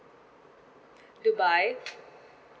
dubai